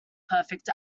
perfect